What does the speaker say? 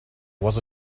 was